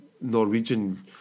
Norwegian